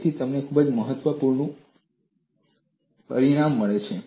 તેથી તમને ખૂબ જ મહત્વપૂર્ણ પરિણામ મળે છે